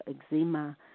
eczema